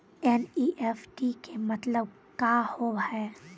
NEFT के मतलब का होव हेय?